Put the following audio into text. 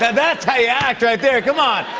that's how you act, right there. come on.